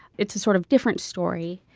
it's a sort of different story.